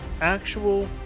actual